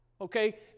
okay